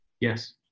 Yes